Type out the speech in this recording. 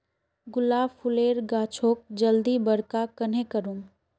गुलाब फूलेर गाछोक जल्दी बड़का कन्हे करूम?